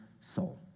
soul